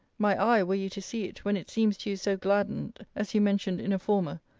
my eye, were you to see it, when it seems to you so gladdened, as you mentioned in a former,